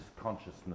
consciousness